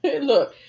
Look